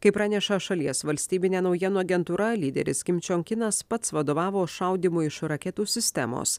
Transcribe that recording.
kaip praneša šalies valstybinė naujienų agentūra lyderis kim džiong kinas pats vadovavo šaudymui iš raketų sistemos